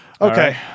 Okay